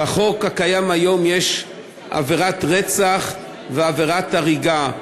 בחוק הקיים היום יש עבירת רצח ועבירת הריגה.